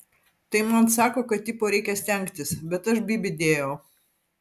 tai man sako kad tipo reikia stengtis bet aš bybį dėjau